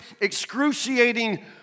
excruciating